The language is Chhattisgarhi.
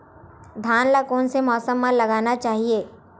धान ल कोन से मौसम म लगाना चहिए?